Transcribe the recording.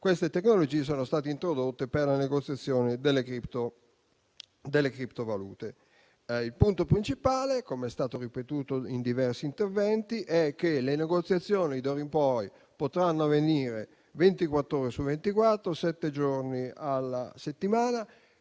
queste tecnologie sono state introdotte per la negoziazione di criptovalute. Il punto principale, com'è stato ribadito in diversi interventi, è che le negoziazioni d'ora in poi potranno avvenire ventiquattr'ore su ventiquattro, sette giorni alla settimana,